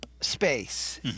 space